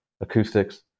acoustics